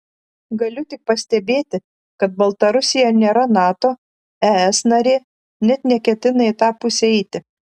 galiu tik pastebėti kad baltarusija nėra nato es narė net neketina į tą pusę eiti